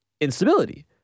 instability